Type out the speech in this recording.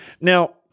Now